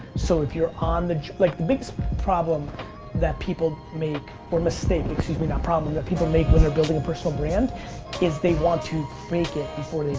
so if you're on the like, the biggest problem that people make, or mistake, excuse me not problem, that people make when they're building a personal brand is they want to fake it before